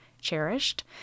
Cherished